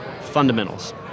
fundamentals